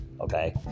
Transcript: Okay